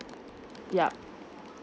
yup